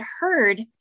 heard